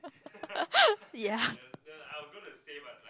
ya